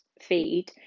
feed